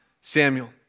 Samuel